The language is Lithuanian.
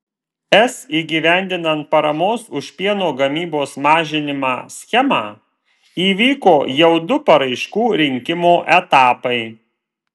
es įgyvendinant paramos už pieno gamybos mažinimą schemą įvyko jau du paraiškų rinkimo etapai